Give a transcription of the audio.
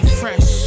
fresh